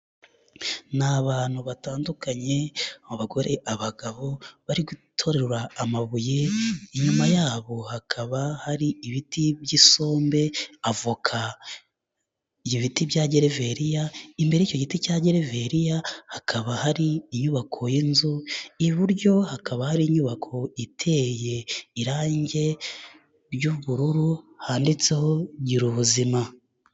Ni abantu batandukanye abagore, abagabo, bari guterura amabuye, inyuma yabo hakaba hari ibiti by'isombe, avoka, ibiti bya gereveriya, imbere y'icyo giti cya gereveriya hakaba hari inyubako y'inzu, iburyo hakaba hari inyubako iteye irangi ry'ubururu handitseho Girubuzima.